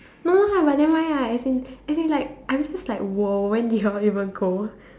no lah but nevermind ah as in as in like I'm just like !woah! when did you all even go